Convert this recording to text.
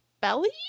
belly